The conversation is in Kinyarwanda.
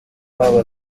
wabo